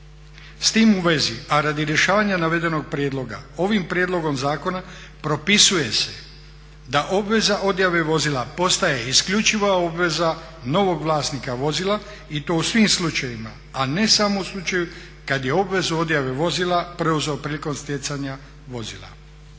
S tim u vezi, a radi rješavanja navedenog prijedloga ovim prijedlogom zakona propisuje se da obveza odjave vozila postaje isključiva obveza novog vlasnika vozila i to u svim slučajevima, a ne samo u slučaju kada je obvezu odjave vozila preuzeo prilikom stjecanja vozila.